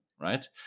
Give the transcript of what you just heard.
right